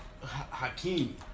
Hakeem